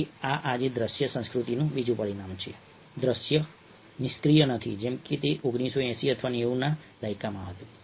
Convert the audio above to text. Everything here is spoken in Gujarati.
તેથી આ આજે દ્રશ્ય સંસ્કૃતિનું બીજું પરિમાણ છે કે દ્રશ્ય નિષ્ક્રિય નથી જેમ કે તે 1980 અથવા 90 ના દાયકામાં હતું